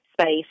space